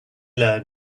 learn